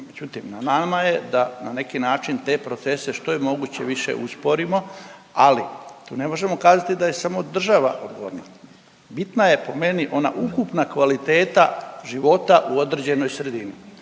međutim na nama je da na neki način te procese što je moguće više usporimo, ali tu ne možemo kazati da je samo država odgovorna. Bitna je po meni ona ukupna kvaliteta života u određenoj sredini,